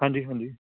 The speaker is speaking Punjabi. ਹਾਂਜੀ ਹਾਂਜੀ